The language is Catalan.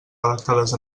redactades